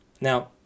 now